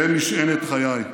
שהם משענת חיי.